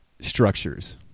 structures